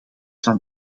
van